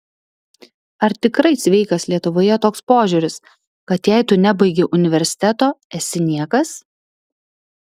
ar tikrai sveikas lietuvoje toks požiūris kad jei tu nebaigei universiteto esi niekas